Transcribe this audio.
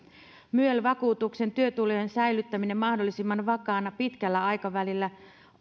myel vakuutuksen työtulojen säilyttäminen mahdollisimman vakaana pitkällä aikavälillä